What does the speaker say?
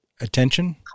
attention